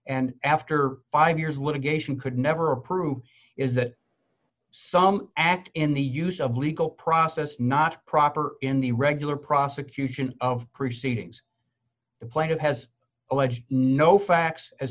and after five years litigation could never prove is that some act in the use of legal process not proper in the regular prosecution of proceedings the plaintiff has alleged no facts as